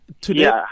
today